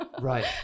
Right